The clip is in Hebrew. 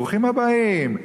ברוכים הבאים.